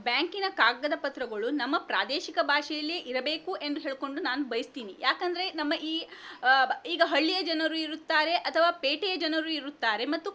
ಬ್ಯಾಂಕಿನ ಕಾಗದ ಪತ್ರಗಳು ನಮ್ಮ ಪ್ರಾದೇಶಿಕ ಭಾಷೆಯಲ್ಲೇ ಇರಬೇಕು ಎಂದು ಹೇಳಿಕೊಂಡು ನಾನು ಬಯಸ್ತೀನಿ ಯಾಕೆಂದ್ರೆ ನಮ್ಮ ಈ ಬ ಈಗ ಹಳ್ಳಿಯ ಜನರು ಇರುತ್ತಾರೆ ಅಥವಾ ಪೇಟೆಯ ಜನರು ಇರುತ್ತಾರೆ ಮತ್ತು